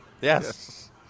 Yes